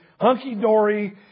hunky-dory